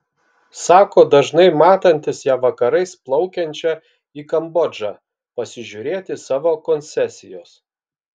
sako dažnai matantis ją vakarais plaukiančią į kambodžą pasižiūrėti savo koncesijos